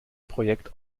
projekt